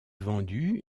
vendu